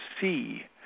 see